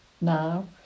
now